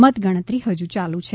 મત ગણતરી હજુ ચાલુ છે